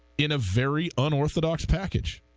in a very unorthodox package